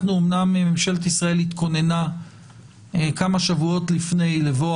ממשלת ישראל אמנם התכוננה כמה שבועות לפני לבוא